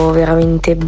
veramente